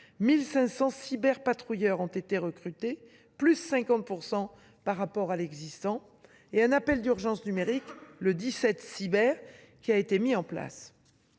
1 500 cyberpatrouilleurs ont été recrutés, soit une hausse de 50 % par rapport à l’existant, et un appel d’urgence numérique, le « 17 cyber », a été mis en place.